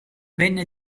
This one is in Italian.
venne